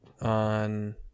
on